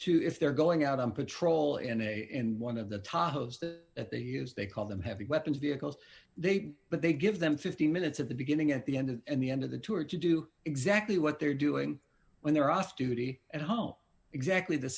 to if they're going out on patrol in a in one of the tacos the at they use they call them heavy weapons vehicles they but they give them fifteen minutes of the beginning at the end and the end of the tour to do exactly what they're doing when they're off duty at home exactly the